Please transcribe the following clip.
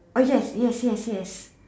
oh yes yes yes yes